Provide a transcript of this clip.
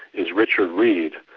is richard read,